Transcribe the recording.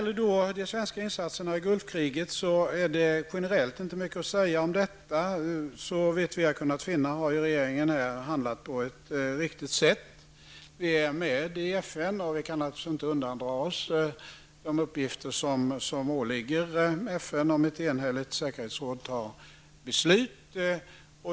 Det är generellt inte mycket att säga om de svenska insatserna i Gulfkriget. Såvitt vi har kunnat finna har regeringen handlat på ett riktigt sätt. Vi är med i FN, och vi kan naturligtvis inte undandra oss de uppgifter som åligger FNs medlemmar om ett enhälligt säkerhetsråd fattar beslut.